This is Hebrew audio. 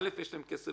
דבר אחד, יש להם כסף